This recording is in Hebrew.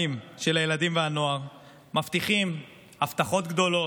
של הילדים והנוער מבטיחים הבטחות גדולות,